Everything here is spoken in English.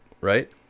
Right